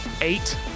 eight